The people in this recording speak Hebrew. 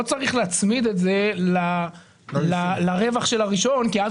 לא צריך להצמיד את זה לרווח של הראשון כי אז